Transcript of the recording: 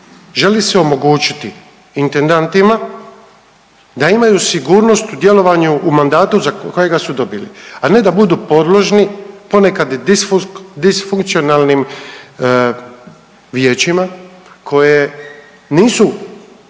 Želi se omogućiti intendantima da imaju sigurnost u djelovanju u mandatu za kojega su dobili, a ne da budu podložni ponekad i disfunkcionalnim vijećima koje nisu